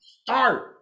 start